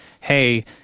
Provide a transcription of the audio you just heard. hey